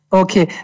okay